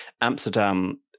Amsterdam